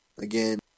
Again